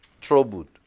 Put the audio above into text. troubled